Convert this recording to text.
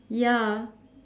ya